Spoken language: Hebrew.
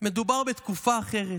מדובר בתקופה אחרת,